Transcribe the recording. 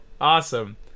Awesome